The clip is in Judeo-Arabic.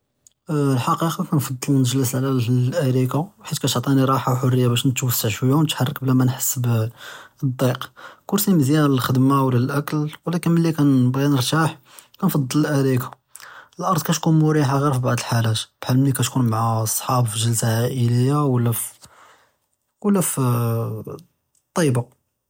אֶלְחַקִיקַה כַּאנְפַדֶּל נְגְלֶס עַל אֶלְאִיקָה חִית כַּאתְעְטִינָא רַاحַה וְחֻרְיַה בַּאֶה נְתְוַסַע שְׁוּי וְנִתְחַרֶּק בְּלָא מַה נְחֵס בֶּאלְדִּצְק, כְּרְסִי מִזְיַאן לֶלְכְּרְדְמָה וְאֶלְאָכְל, לָקִין עֲנְדָא אֻרִיד אַנְרְתַּاح כַּאנְפַדֶּל אֶלְאַרִיקָה, אֶלְאַרְד כְּתְכּוּן מְרִיחָה פִּי בְּעְדֶל אֶלְחָאַלָאת בְּחַאל כִּי תְכּוּן מַעַ אֶלְסְחַאב פִּי גְלְסָה עַאִ'לִיָּה וְלָא פִּי אֶלְטַיִבָּה.